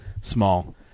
small